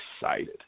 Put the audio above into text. excited